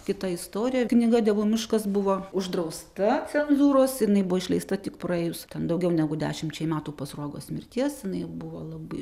kita istorija knyga dievų miškas buvo uždrausta cenzūros jinai buvo išleista tik praėjus ten daugiau negu dešimčiai metų po sruogos mirties jinai buvo labai